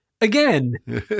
Again